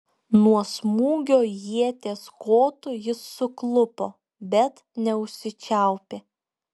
nuo smūgio ieties kotu jis suklupo bet neužsičiaupė